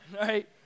Right